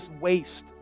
waste